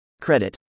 Credit